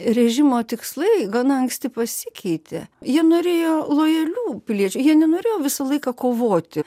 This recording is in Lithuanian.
režimo tikslai gana anksti pasikeitė jie norėjo lojalių piliečių jie nenorėjo visą laiką kovoti